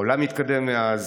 העולם התקדם מאז,